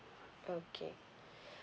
okay